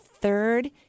third